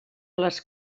les